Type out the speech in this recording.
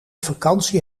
vakantie